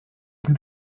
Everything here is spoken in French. plus